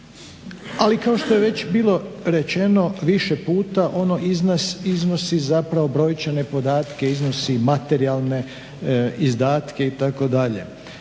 Ali kao što je već bilo rečeno više puta ono iznosi zapravo brojčane podatke, iznosi materijalne izdatke itd.